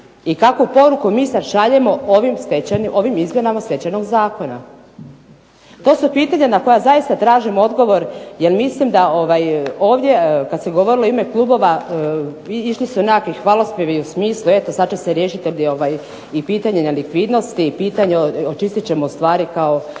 i kakvu poruku mi sad šaljemo ovim izmjenama Stečajnog zakona? To su pitanja na koja zaista tražim odgovor, jer mislim da ovdje kad se govorilo u ime klubova išli su nekakvi hvalospjevi u smislu eto sad će se riješiti i pitanje nelikvidnosti i pitanje očistit ćemo stvari kao